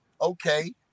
Okay